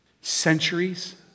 centuries